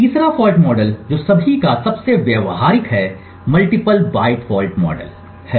तीसरा fault model जो सभी का सबसे व्यावहारिक है मल्टीपल बाइट फॉल्ट मॉडल है